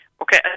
Okay